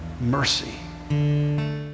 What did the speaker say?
mercy